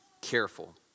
careful